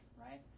right